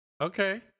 Okay